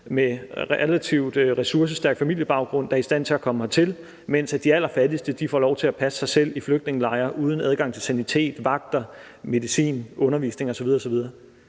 med relativt ressourcestærke familiebaggrunde, der er i stand til at komme hertil, mens de allerfattigste får lov til at passe sig selv i flygtningelejre uden adgang til sanitet, vagter, medicin, undervisning osv.